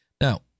Now